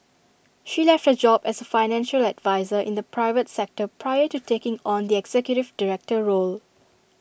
she left her job as A financial adviser in the private sector prior to taking on the executive director role